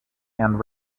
and